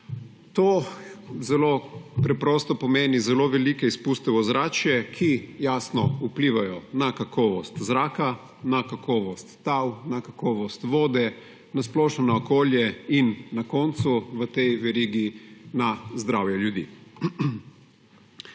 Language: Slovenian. To zelo preprosto pomeni zelo velike izpuste v ozračje, ki – jasno – vplivajo na kakovost zraka, na kakovost tal, na kakovost vode, na splošno na okolje in na koncu, v tej verigi, na zdravje ljudi.